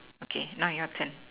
okay now your turn